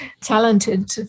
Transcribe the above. talented